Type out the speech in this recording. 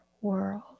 world